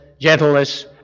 gentleness